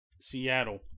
Seattle